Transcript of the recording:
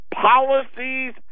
policies